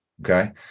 Okay